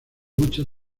muchas